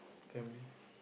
family